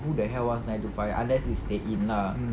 who the hell wants nine to five unless it's stay in lah